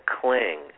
cling